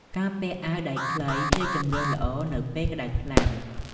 ការពាក់អាវដៃខ្លីជាជម្រើសល្អនៅពេលក្តៅខ្លាំង។